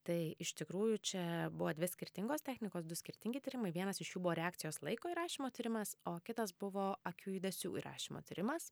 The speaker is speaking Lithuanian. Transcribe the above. tai iš tikrųjų čia buvo dvi skirtingos technikos du skirtingi tyrimai vienas iš jų buvo reakcijos laiko įrašymo tyrimas o kitas buvo akių judesių įrašymo tyrimas